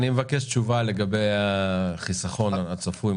אני מבקש תשובה לגבי החיסכון הצפוי,